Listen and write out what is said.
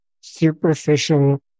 superficial